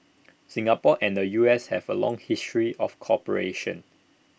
Singapore and the U S have A long history of cooperation